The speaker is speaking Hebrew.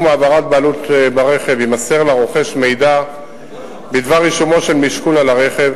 העברת בעלות ברכב יימסר לרוכש מידע בדבר רישומו של משכון על הרכב,